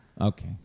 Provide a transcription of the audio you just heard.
Okay